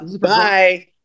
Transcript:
Bye